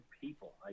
people